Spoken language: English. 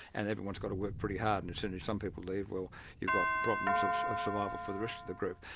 and everyone's got to work pretty hard, and as soon as some people leave, well you've got problems of of survival for the rest of the group.